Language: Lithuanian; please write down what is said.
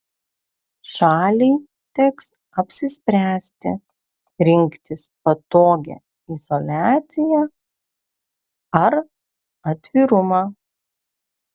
šaliai teks apsispręsti rinktis patogią izoliaciją ar atvirumą